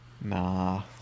Nah